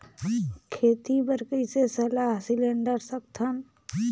खेती बर कइसे सलाह सिलेंडर सकथन?